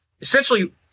Essentially